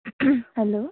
hello